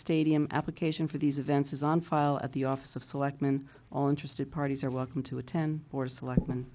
stadium application for these events is on file at the office of selectmen all interested parties are welcome to attend board selecti